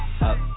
Up